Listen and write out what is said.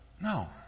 no